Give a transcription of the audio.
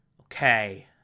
okay